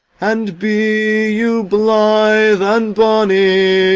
and be you blithe and bonny,